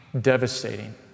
devastating